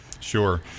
sure